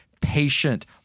patient